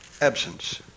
absence